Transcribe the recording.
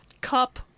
cup